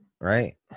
right